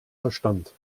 verstand